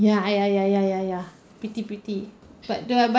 ya ya ya ya ya ya pretty pretty but the but